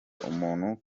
umuntu